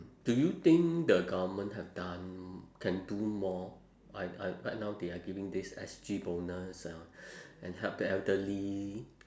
do you think the goverment have done can do more like like right now they are giving this S_G bonus and and help the elderly